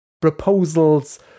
proposals